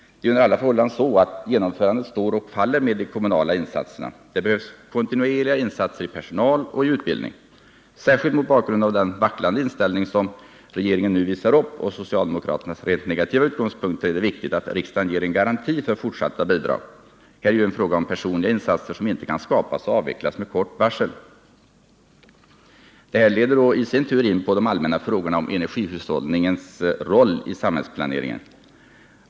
Det ärju under alla förhållanden så att genomförandet står och faller med de kommunala insatserna. Det behövs kontinuerliga insatser i personal och utbildning. Särskilt mot bakgrund av den vacklande inställning som regeringen nu visar upp och socialdemokraternas rent negativa utgångspunkter är det viktigt, att riksdagen ger en garanti för fortsatta bidrag. Här är det ju fråga om personella insatser, som inte kan skapas och avvecklas med kort varsel. Det här leder i sin tur in på de allmänna frågorna om energihushållningens roll i samhällsplaneringen.